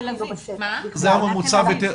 זה הממוצע בתל אביב?